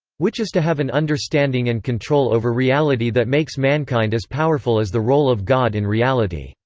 which is to have an understanding and control over reality that makes mankind as powerful as the role of god in reality.